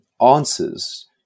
answers